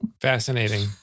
Fascinating